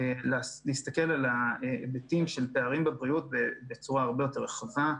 שצריך להסתכל על ההיבטים של פערים בבריאות בצורה הרבה יותר רחבה.